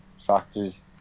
factors